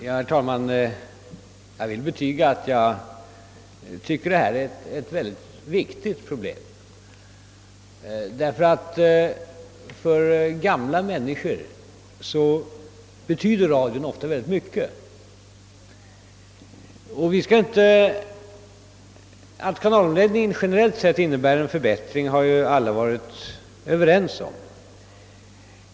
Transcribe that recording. Herr talman! Jag vill betyga att jag tycker detta är ett viktigt problem, ty för gamla människor betyder radion ofta mycket. Att kanalomläggningen generellt sett innebär en förbättring har vi ju alla varit överens om.